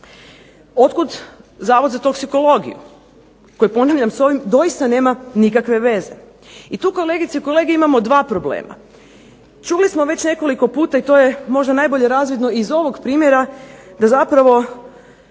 Otkud Zavod za toksikologiju koji, ponavljam, s ovim doista nema nikakve veze. I tu, kolegice i kolege, imamo dva problema. Čuli smo već nekoliko puta i to je možda najbolje razvidno iz ovog primjera da zapravo